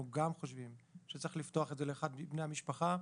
אנחנו גם חושבים שצריך לפתוח את זה לאחד מבני המשפחה,